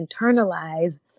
internalize